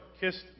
kissed